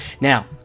Now